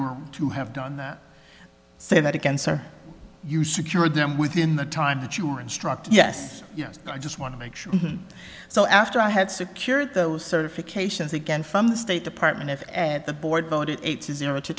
were to have done that say that again sir you should cure them within the time that you were instructed yes yes i just want to make sure so after i had secured those certifications again from the state department and the board voted eight zero to